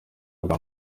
bwa